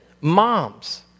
moms